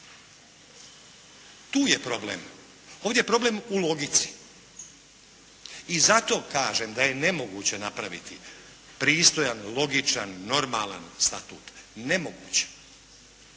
Tu je problem. Ovdje je problem u logici i zato kažem da je nemoguće napraviti pristojan, logičan, normalan statut. Nemoguće.